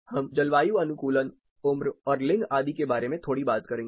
हम जलवायु अनुकूलन उम्र और लिंग आदि के बारे में थोड़ी बात करेंगे